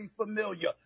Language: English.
familiar